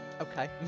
Okay